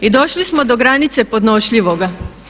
I došli smo do granice podnošljivoga.